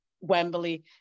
Wembley